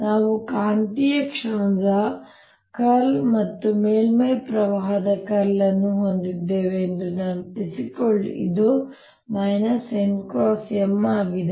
ನಾವು ಕಾಂತೀಯ ಕ್ಷಣದ ಕರ್ಲ್ ಮತ್ತು ಮೇಲ್ಮೈ ಪ್ರವಾಹದ ಕರ್ಲ್ ಅನ್ನು ಹೊಂದಿದ್ದೇವೆ ಎಂದು ನೆನಪಿಸಿಕೊಳ್ಳಿ ಇದು n M ಆಗಿದೆ